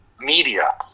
media